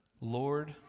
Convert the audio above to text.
Lord